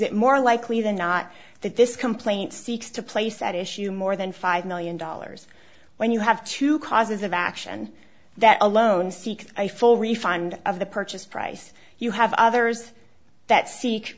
it more likely than not that this complaint seeks to place at issue more than five million dollars when you have two causes of action that alone seek a full refund of the purchase price you have others that se